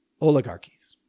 oligarchies